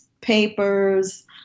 papers